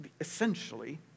essentially